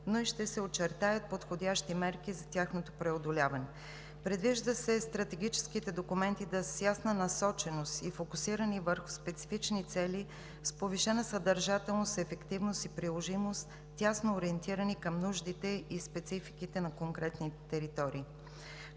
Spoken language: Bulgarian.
но и ще се очертаят подходящи мерки за тяхното преодоляване. Предвижда се стратегическите документи да са с ясна насоченост и фокусирани върху специфични цели с повишена съдържателност, ефективност и приложимост, тясно ориентирани към нуждите и спецификите на конкретните територии.